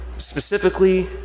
Specifically